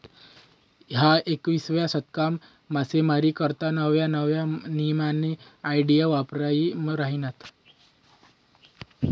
ह्या एकविसावा शतकमा मासामारी करता नव्या नव्या न्यामीन्या आयडिया वापरायी राहिन्यात